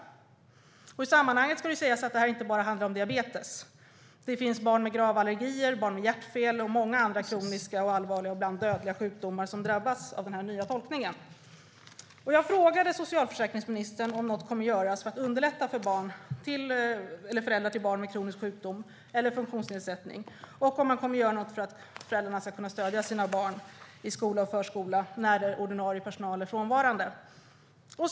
I sammanhanget ska sägas att detta inte bara handlar om diabetes. Det finns barn med grava allergier, hjärtfel och många andra kroniska och ibland dödliga sjukdomar som drabbas av denna nya tolkning. Jag frågade socialförsäkringsministern om något kommer att göras för att underlätta för föräldrar till barn med kronisk sjukdom eller funktionsnedsättning och om man kommer att göra något för att föräldrarna ska kunna stödja sina barn i skola och förskola när ordinarie personal är frånvarande.